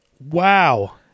Wow